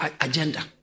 agenda